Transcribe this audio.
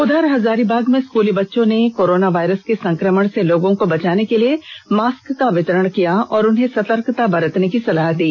उधर हजारीबाग में स्कूली बच्चों ने कोरोना वायरस के संक्रमण से लोगों को बचाने के लिए मास्क का वितरण किया और उन्हें सतर्कता बरतने की सलाह दी